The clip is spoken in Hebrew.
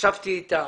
ישבתי אתם.